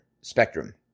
spectrum